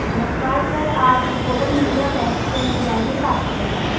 नमस्कार सर आप कोटक महिंद्रा बैंक से मैनेजर बात कर रहे हैं